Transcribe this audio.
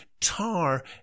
tar